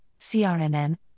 CRNN